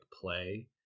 play